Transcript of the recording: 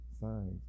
signs